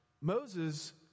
Moses